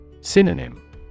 Synonym